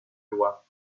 loi